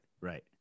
right